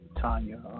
Tanya